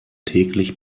täglich